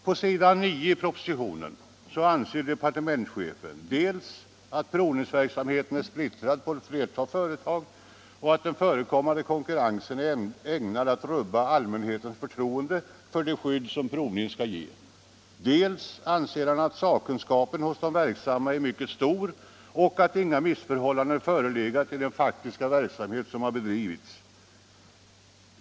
På s. 9 i propositionen säger departementschefen dels att provningsverksamheten är splittrad på ett flertal företag och att den förekommande konkurrensen är ägnad att rubba allmänhetens förtroende för det skydd som provningen skall ge, dels att sakkunskapen hos de verksamma är mycket stor och att inga missförhållanden förelegat vid den praktiska verksamhet som bedrivits.